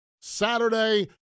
Saturday